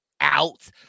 out